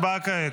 יבגני סובה,